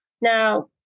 Now